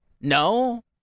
No